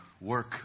work